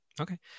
okay